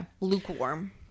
Lukewarm